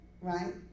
right